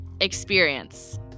experience